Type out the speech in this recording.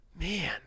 man